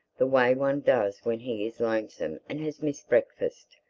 the way one does when he is lonesome and has missed breakfast.